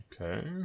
Okay